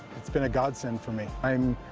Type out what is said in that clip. it's been a godsend for me. i mean,